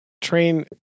train